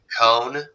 Cone